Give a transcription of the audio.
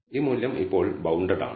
ഈ മൂല്യം ഇപ്പോൾ ബൌണ്ടഡ് ആണ്